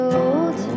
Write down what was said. old